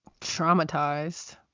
Traumatized